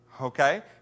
okay